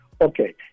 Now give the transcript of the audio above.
Okay